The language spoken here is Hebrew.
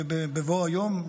בבוא היום,